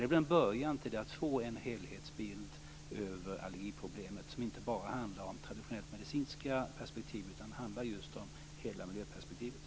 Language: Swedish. Detta är en början till att skapa en helhetsbild över allergiproblemet som inte bara handlar om traditionellt medicinska perspektiv, utan det handlar just om hela miljöperspektivet.